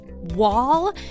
wall